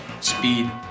speed